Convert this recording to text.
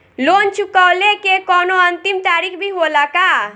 Loan चुकवले के कौनो अंतिम तारीख भी होला का?